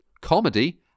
comedy